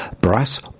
Brass